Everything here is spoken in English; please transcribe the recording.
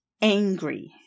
angry